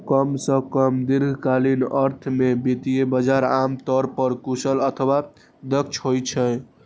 कम सं कम दीर्घकालीन अर्थ मे वित्तीय बाजार आम तौर पर कुशल अथवा दक्ष होइ छै